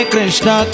Krishna